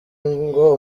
ngo